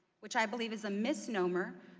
which i believe is a misnomer.